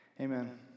amen